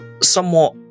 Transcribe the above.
somewhat